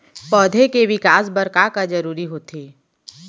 पौधे के विकास बर का का जरूरी होथे?